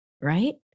right